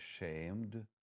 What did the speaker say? ashamed